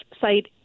site